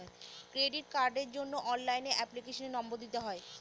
credit কার্ডের জন্য অনলাইনে এপ্লিকেশনের নম্বর দিতে হয়